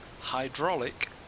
hydraulic